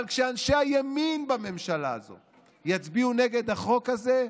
אבל כשאנשי הימין בממשלה הזו יצביעו נגד החוק הזה,